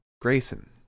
Grayson